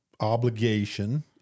Obligation